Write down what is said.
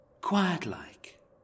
quiet-like